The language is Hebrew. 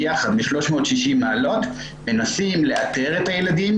כל המשרדים יחד מנסים לאתר את הילדים.